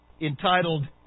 entitled